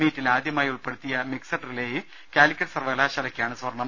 മീറ്റിൽ ആദ്യമായി ഉൾപ്പെടുത്തിയ മിക്സഡ് റിലേയിൽ കാലിക്കറ്റ് സർവ കലാശാലയ്ക്കാണ് സ്വർണം